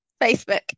Facebook